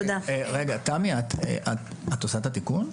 תמי, את עושה את התיקון?